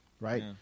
right